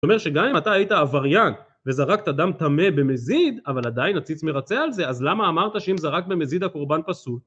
זאת אומרת שגם אם אתה היית עבריין וזרקת דם טמא במזיד, אבל עדיין הציץ מרצה על זה, אז למה אמרת שאם זה רק במזיד הקורבן פסול?